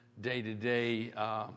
day-to-day